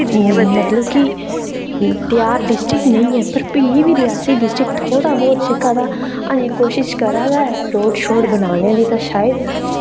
मतलब कि त्यार डिस्ट्रिक नेईं ऐ पर फ्ही बी रेआसी डिस्ट्रिक थोह्ड़ा बहुत जेह्का तां अजें कोशिश करा दा ऐ रोड़ शोड़ बनाने दी तां शायद